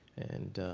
and,